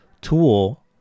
tool